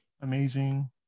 amazing